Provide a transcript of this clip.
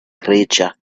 creature